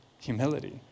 humility